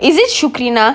is it shukrinah